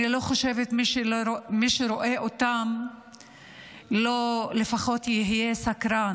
אני לא חושבת שמי שרואה אותם לא יכול להיות לפחות סקרן,